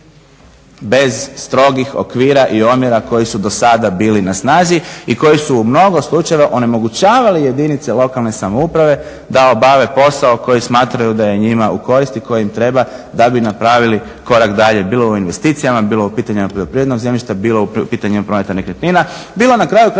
bez strogih okvira i omjera koji su do sada bili na snazi i koji su u mnogo slučajeva onemogućavali jedinice lokalne samouprave da obave posao koji smatraju da je njima u korist i koji im treba da bi napravili korak dalje bilo u investicijama, bilo u pitanjima poljoprivrednog zemljišta, bilo u pitanju prometa nekretnina, bilo na kraju krajeva